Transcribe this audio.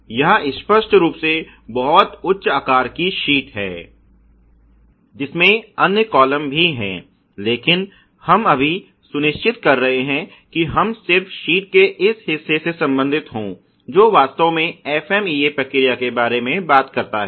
यह स्पष्ट रूप से बहुत उच्च आकार की शीट है जिसमें अन्य कॉलम भी हैं लेकिन हम अभी सुनिश्चित कर रहे हैं कि हम सिर्फ शीट के इस हिस्से से संबंधित हों जो वास्तव में FMEA प्रक्रिया के बारे में बात करता है